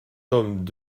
tome